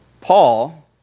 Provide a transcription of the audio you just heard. Paul